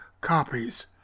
copies